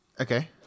Okay